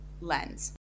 lens